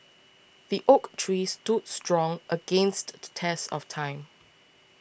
the oak tree stood strong against the test of time